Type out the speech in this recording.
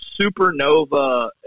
supernova